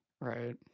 Right